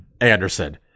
Anderson